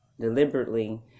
Deliberately